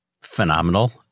phenomenal